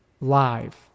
live